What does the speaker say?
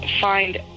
find